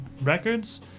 records